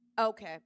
Okay